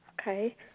Okay